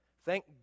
Thank